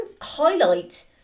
highlight